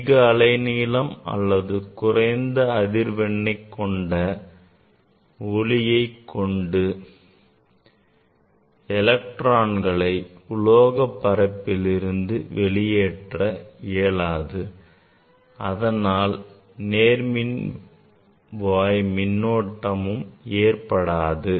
அதிக அலைநீளம் அல்லது குறைந்த அதிர்வெண்ணை கொண்ட ஒளியை கொண்டு எலக்ட்ரான்களை உலோக பரப்பில் இருந்து வெளியேற்ற இயலாது அதனால் நேர்மின்வாய் மின்னோட்டமும் ஏற்படாது